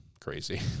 crazy